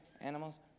animals